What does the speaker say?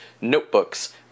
notebooks